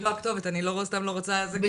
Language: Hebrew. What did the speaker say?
אני לא הכתובת, אני לא רוצה סתם ---.